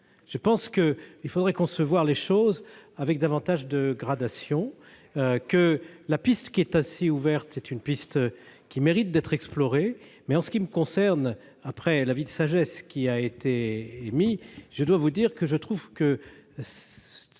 je pense qu'il faudrait concevoir les choses avec davantage de gradation que la piste qui est assez ouverte, c'est une piste qui mérite d'être explorée mais en ce qui me concerne, après l'avis de sagesse qui a été émis, je dois vous dire que je trouve que